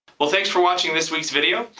well thanks for watching this week's video.